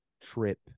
trip